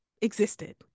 existed